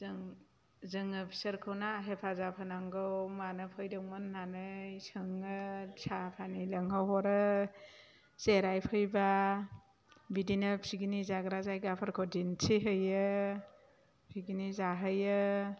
जोङो बिसोरखौना हेफाजाब होनांगौ मानो फैदोंमोन होननानै सोङो साहा पानि लोंहोहरो जिरायफैबा बिदिनो पिकनिक जाग्रा जायगाफोरखौ दिन्थिहैयो पिकनिक जाहैयो